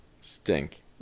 stink